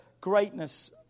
greatness